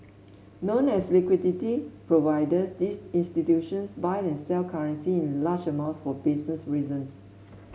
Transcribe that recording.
known as liquidity providers these institutions buy and sell currency in large amounts for business reasons